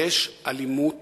יש אלימות